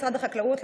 משרד החקלאות,